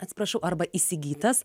atsiprašau arba įsigytas